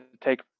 take